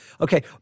Okay